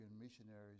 missionaries